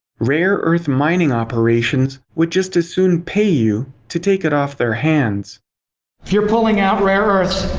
rare earth mining operations would just as soon pay you to take it off their hands. if you're pulling out rare earths,